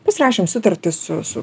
pasirašėm sutartį su su